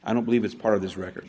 i don't believe is part of this record